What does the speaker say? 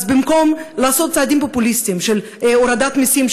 אז במקום לעשות צעדים פופוליסטיים של הורדת מסים,